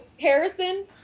Harrison